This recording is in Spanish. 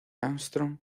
armstrong